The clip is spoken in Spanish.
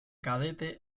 cadete